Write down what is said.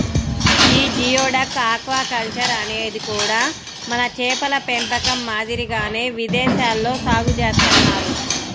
యీ geoduck aquaculture అనేది కూడా మన చేపల పెంపకం మాదిరిగానే విదేశాల్లో సాగు చేత్తన్నారు